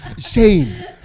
shane